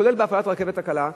כולל בהפעלת הרכבת הקלה.